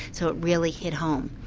so it really hit home.